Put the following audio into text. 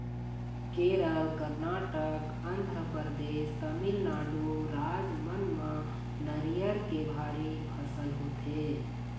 केरल, करनाटक, आंध्रपरदेस, तमिलनाडु राज मन म नरियर के भारी फसल होथे